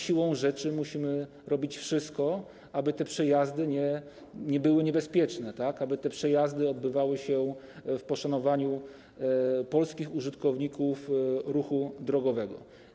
Siłą rzeczy musimy robić wszystko, aby te przejazdy nie były niebezpieczne, aby te przejazdy odbywały się w poszanowaniu polskich użytkowników ruchu drogowego.